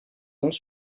ans